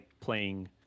playing